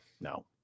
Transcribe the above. No